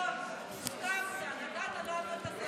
אדוני היו"ר, נתת לנו את,